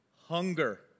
hunger